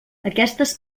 aquestes